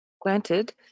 Granted